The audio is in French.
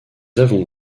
avons